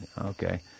Okay